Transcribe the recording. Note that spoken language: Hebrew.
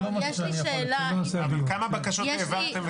אבל כמה בקשות העברתם?